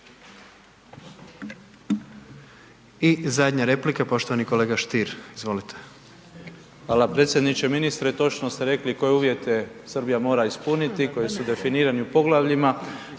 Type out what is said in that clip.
I zadnja replika, poštovani kolega Stier, izvolite. **Stier, Davor Ivo (HDZ)** Hvala, predsjedniče. Ministre, točno ste rekli koje uvjete Srbija mora ispuniti koji su definirani u poglavljima,